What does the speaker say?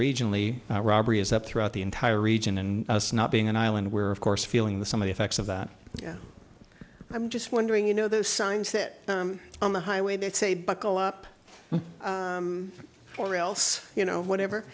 regionally robbery is up throughout the entire region and us not being an island where of course feeling the some of the effects of that i'm just wondering you know those signs that on the highway they say buckle up or else you know whatever